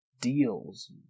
deals